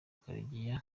karegeya